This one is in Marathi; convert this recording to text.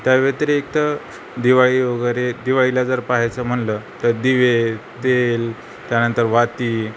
त्या व्यतिरिक्त दिवाळी वगैरे दिवाळीला जर पहायचं म्हटलं तर दिवे तेल त्यानंतर वाती